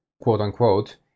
quote-unquote